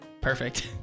Perfect